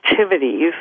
activities